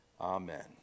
Amen